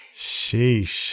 Sheesh